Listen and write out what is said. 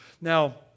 Now